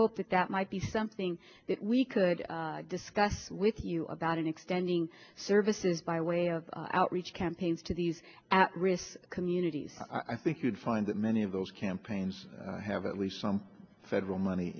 hope that that might be something that we could discuss with you about in extending services by way of outreach campaigns to these at risk communities i think you'd find that many of those campaigns have at least some federal money